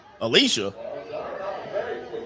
Alicia